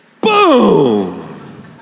Boom